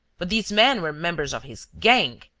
but these men were members of his gang!